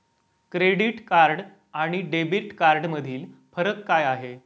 Credit card आणि debit कार्डमधील फरक काय आहे?